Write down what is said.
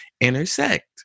intersect